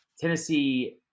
Tennessee